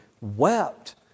wept